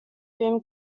boom